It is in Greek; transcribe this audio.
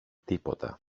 τίποτα